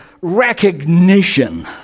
recognition